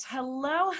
Hello